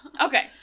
Okay